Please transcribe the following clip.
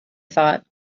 thought